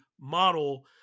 model